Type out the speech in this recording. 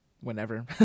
Whenever